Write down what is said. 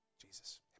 Jesus